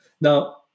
Now